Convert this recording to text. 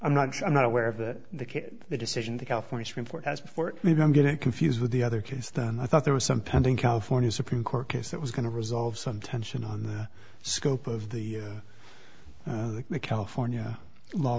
i'm not i'm not aware of that the decision the california supreme court has before it maybe i'm getting confused with the other case than i thought there was some pending california supreme court case that was going to resolve some tension on the scope of the california law